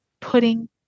putting